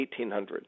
1800s